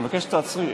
אני מבקש שתעצרי.